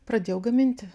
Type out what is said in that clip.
pradėjau gaminti